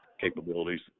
Capabilities